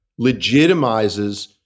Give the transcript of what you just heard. legitimizes